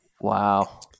Wow